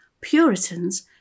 Puritans